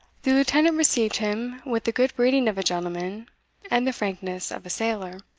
the lieutenant received him with the good breeding of a gentleman and the frankness of a sailor,